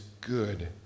good